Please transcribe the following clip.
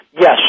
Yes